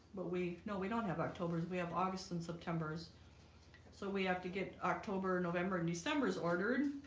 but we no we don't have october. we have august and september's so we have to get october november and december's ordered.